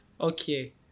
Okay